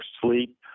sleep